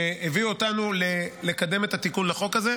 שהביאו אותנו לקדם את התיקון לחוק הזה.